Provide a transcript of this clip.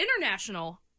international